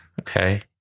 okay